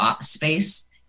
space